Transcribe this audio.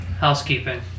housekeeping